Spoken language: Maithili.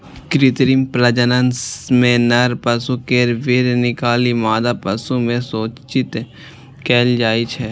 कृत्रिम प्रजनन मे नर पशु केर वीर्य निकालि मादा पशु मे सेचित कैल जाइ छै